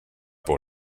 pour